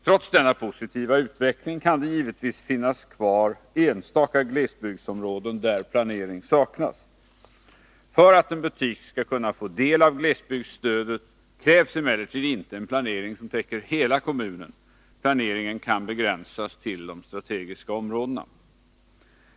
Trots denna positiva utveckling kan det givetvis finnas kvar enstaka glesbygdsområden där planering saknas. För att en butik skall kunna få del av glesbygdsstödet krävs emellertid inte en planering som täcker hela kommunen. Planeringen kan begränsas till de strategiska områdena.